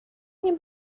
nie